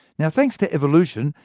yeah thanks to evolution,